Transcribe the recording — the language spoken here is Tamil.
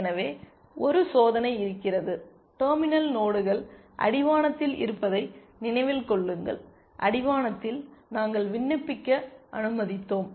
எனவே ஒரு சோதனை இருக்கிறது டெர்மினல் நோடுகள் அடிவானத்தில் இருப்பதை நினைவில் கொள்ளுங்கள் அடிவானத்தில் நாங்கள் விண்ணப்பிக்க அனுமதித்தோம்